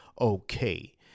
okay